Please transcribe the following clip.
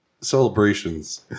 Celebrations